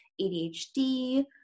ADHD